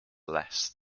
less